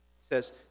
says